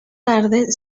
tarde